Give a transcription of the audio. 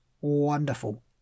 wonderful